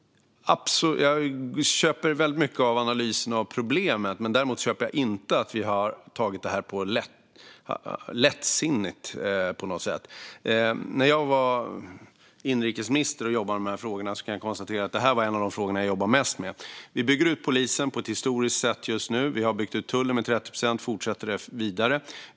Jag köper väldigt mycket av analysen av problemet, men däremot köper jag inte att vi har tagit det här lättsinnigt på något sätt. Jag kan konstatera att när jag var inrikesminister var det här en av de frågor jag jobbade mest med. Vi bygger ut polisen på ett historiskt sätt just nu. Vi har byggt ut tullen med 30 procent och fortsätter med det.